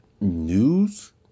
news